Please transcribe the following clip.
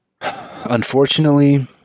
unfortunately